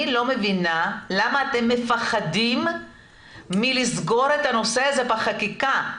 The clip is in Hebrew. אני לא מבינה למה אתם מפחדים מלסגור את הנושא הזה בחקיקה.